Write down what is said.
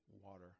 water